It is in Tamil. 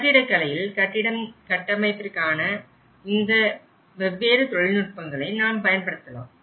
கட்டிடக்கலையில் கட்டிடம் கட்டமைப்பிற்கான இந்த வெவ்வேறு தொழில்நுட்பங்களை நாம் பயன்படுத்தலாம்